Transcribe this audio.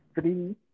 three